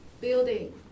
building